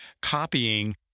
copying